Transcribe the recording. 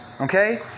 Okay